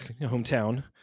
Hometown